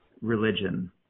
religion